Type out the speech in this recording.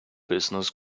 business